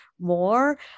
more